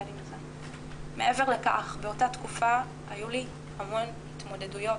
מעבר לכך, באותה תקופה היו לי המון התמודדויות.